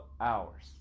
hours